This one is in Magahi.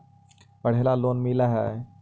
पढ़े ला लोन मिल है?